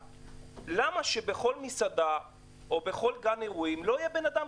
למה שבכל גן אירועים לא ימנו מעין נאמן